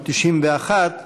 591,